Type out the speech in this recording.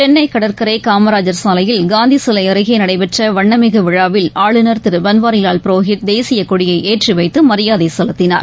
சென்னைகடற்கரைகாமராஜர் சாலையில் காந்திசிலைஅருகேநடைபெற்றவண்ணமிகுவிழாவில் ஆளுநர் திருபன்வாரிலால் புரோகித் தேசியகொடியைஏற்றிவைத்துமரியாதைசெலுத்தினார்